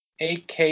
AK